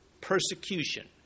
persecution